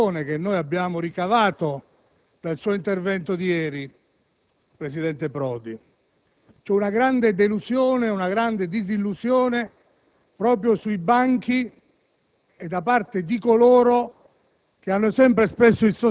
ieri sera e di questa mattina hanno confermato l'impressione che abbiamo ricavato dal suo intervento di ieri. Presidente Prodi, c'è grande delusione e grande disillusione proprio sui banchi